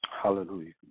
Hallelujah